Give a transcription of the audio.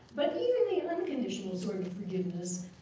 but even the unconditional sort of forgiveness,